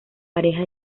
pareja